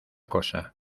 cosa